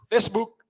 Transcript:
Facebook